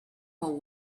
will